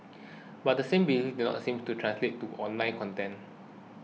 but the same belief did not seem to translate to online content